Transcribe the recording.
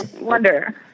Wonder